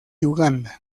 uganda